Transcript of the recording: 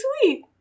sweet